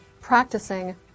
Practicing